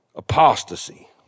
Apostasy